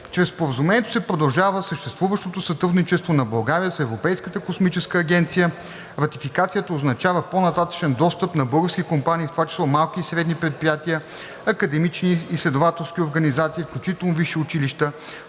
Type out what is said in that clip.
Чрез Споразумението се продължава съществуващото сътрудничество на България с Европейската космическа агенция. Ратификацията означава по-нататъшен достъп на български компании в това число малки и средни предприятия, академични и изследователски организации, включително висши училища,